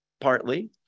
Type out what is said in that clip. partly